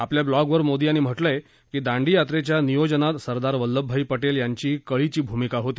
आपल्या ब्लॉगवर मोदी यांनी म्हटलंय की दांडी यात्रेच्या नियोजनात सरदार वल्लभभाई पटेल यांची कळीची भूमिका होती